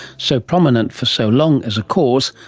so prominent for so long as a cause,